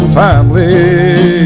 family